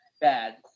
bad